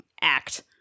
act